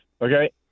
okay